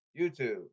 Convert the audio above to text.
YouTube